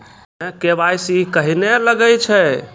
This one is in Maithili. खाता मे के.वाई.सी कहिने लगय छै?